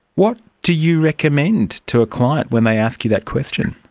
what do you recommend to a client when they ask you that question?